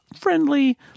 Friendly